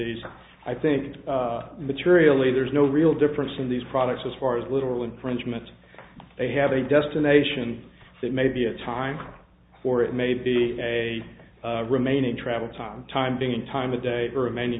e i think materially there is no real difference in these products as far as little infringement they have a destination that may be a time or it may be a remaining travel time time being in time a day remaining